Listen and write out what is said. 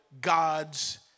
God's